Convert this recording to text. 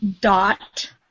dot